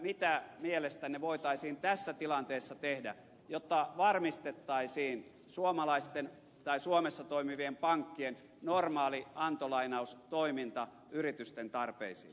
mitä mielestänne voitaisiin tässä tilanteessa tehdä jotta varmistettaisiin suomalaisten tai suomessa toimivien pankkien normaali antolainaustoiminta yritysten tarpeisiin